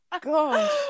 god